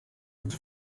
its